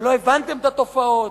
שלא הבנתם את התופעות,